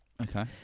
Okay